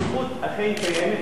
היא זכות שאכן קיימת,